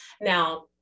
Now